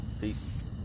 Peace